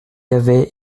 avait